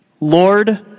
Lord